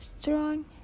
strong